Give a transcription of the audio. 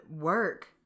work